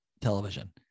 television